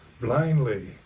blindly